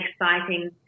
exciting